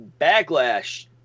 backlash